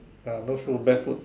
ah no foot bare foot